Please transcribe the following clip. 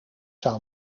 zou